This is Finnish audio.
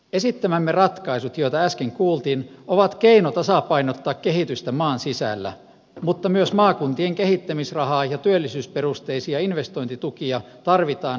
esittämämme ratkaisut joita äsken kuultiin ovat keino tasapainottaa kehitystä maan sisällä mutta myös maakuntien kehittämisrahaa ja työllisyysperusteisia investointitukia tarvitaan tulevaisuudessakin